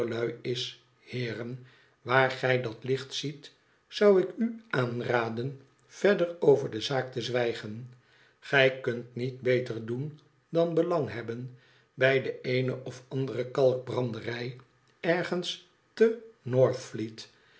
is heeren waar gij dat licht ziet zou ik u aanraden verder over de zaak te zwijgen gij kunt niet beter doen dan belang hebben bij de eene of andere kalkbranderij ergens te